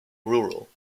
rural